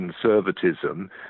Conservatism